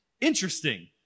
interesting